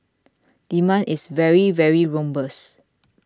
demand is very very robust